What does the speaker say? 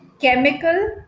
chemical